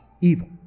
evil